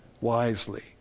wisely